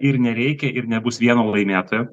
ir nereikia ir nebus vieno laimėtojo